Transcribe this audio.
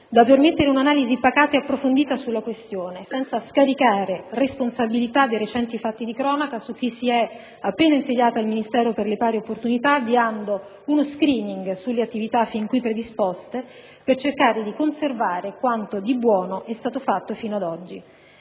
tali da permettere un'analisi pacata ed approfondita sulla questione, senza scaricare responsabilità dei recenti fatti di cronaca su chi si è appena insediato al Ministero per le pari opportunità, avviando uno *screening* sulle attività fin qui predisposte per cercare di conservare quanto di buono è stato fatto finora.